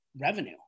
revenue